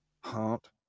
heart